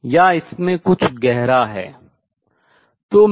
या इसमें कुछ गहरा है